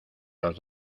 los